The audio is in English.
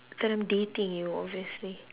that I'm dating you obviously